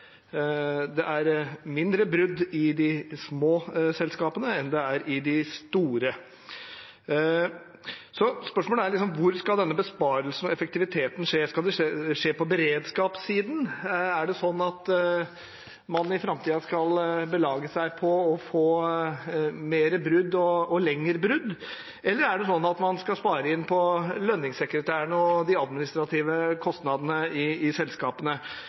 det er færre brudd i de små selskapene enn det er i de store. Så spørsmålet er: Hvor skal denne besparelsen og effektiviteten skje? Skal det skje på beredskapssiden? Er det slik at man i framtiden skal belage seg på å få flere brudd og lengre brudd, eller er det slik at man skal spare inn på lønningssekretærene og de administrative kostnadene i selskapene? Det ble også sagt her at de små selskapene